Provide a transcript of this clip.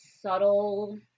subtle